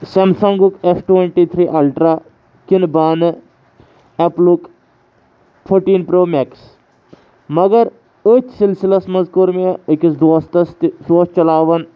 سٮ۪م سنٛگُک S twenty three ultra کِنہٕ بہٕ اَنہٕ اٮ۪پلُک فوٚٹیٖن پرٛو مٮ۪کس مگر أتھۍ سِلسِلَس منٛز کوٚر مےٚ أکِس دوستَس تہِ سُہ اوس چَلاوان